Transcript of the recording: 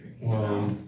Wow